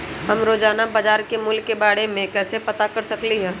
हम रोजाना बाजार के मूल्य के के बारे में कैसे पता कर सकली ह?